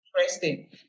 interesting